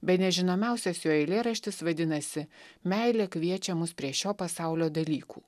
bene žinomiausias jo eilėraštis vadinasi meilė kviečia mus prie šio pasaulio dalykų